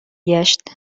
گشت